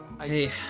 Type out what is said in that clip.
hey